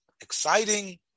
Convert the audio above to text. exciting